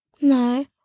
No